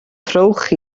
trowch